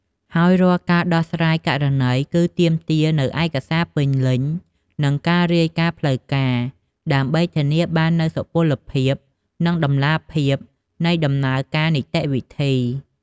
ហើយរាល់ការដោះស្រាយករណីគឺទាមទារនូវឯកសារពេញលេញ និងការរាយការណ៍ផ្លូវការ ដើម្បីធានាបាននូវសុពលភាព និងតម្លាភាពនៃដំណើរការនីតិវិធី។